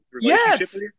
Yes